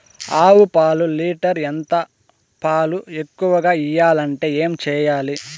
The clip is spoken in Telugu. ఆవు పాలు లీటర్ ఎంత? పాలు ఎక్కువగా ఇయ్యాలంటే ఏం చేయాలి?